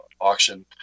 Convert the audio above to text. auction